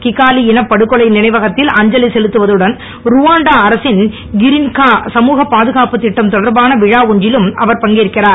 Kigali இனப்படுகொலை நினைவகத்தில் அஞ்சலி செலுத்துவதுடன் ருவாண்டா அரசின் இரிங்கா சமூகப் பாதுகாப்புத் திட்டம் தொடர்பான விழா ஒன்றிலும் அவர் பங்கேற்கிறார்